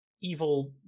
evil